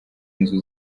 inzu